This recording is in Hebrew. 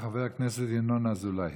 חבר הכנסת ינון אזולאי,